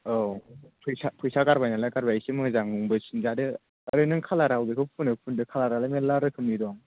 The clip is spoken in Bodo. औ फैसा फैसा गारबाय नालाय गारबाय इसे मोजांबो सिनजादो आरो नों खालारा अबेखौ फुनो फुनदो खालारालाय मेरला रोखोमनि दं